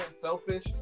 selfish